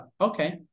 Okay